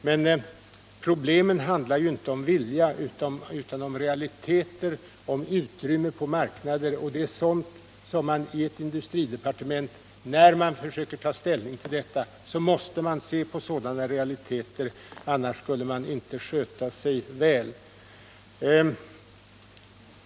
Men problemen handlar ju inte om vilja utan om realiteter, om utrymme på marknader. När man i industridepartementet försöker att ta ställning, måste man räkna med sådana realiteter, för annars skulle man inte sköta sig väl.